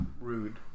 rude